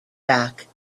back